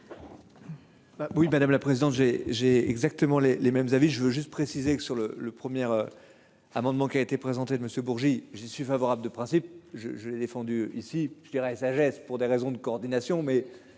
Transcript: oui madame la présidente, j'ai, j'ai exactement les les mêmes avis je veux juste préciser que sur le le première. Amendement qui a été présenté de Monsieur Bourgi. J'y suis favorable de principe je je l'ai défendu ici je dirais sagesse pour des raisons de coordination